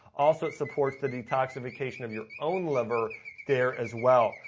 also supports the detoxification of your own liver there as well.